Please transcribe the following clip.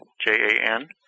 J-A-N